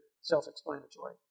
self-explanatory